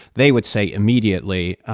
they would say immediately.